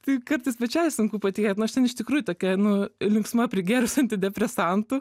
tai kartais pačiai sunku patikėt nu aš ten iš tikrųjų tokia nu linksma prigėrus antidepresantų